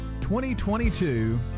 2022